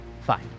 fine